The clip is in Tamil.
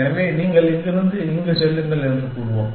எனவே நீங்கள் இங்கிருந்து இங்கு செல்லுங்கள் என்று கூறுவோம்